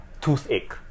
toothache